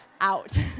out